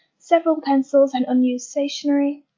several pencils and unused stationery,